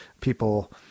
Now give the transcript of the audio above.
people